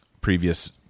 previous